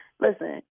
Listen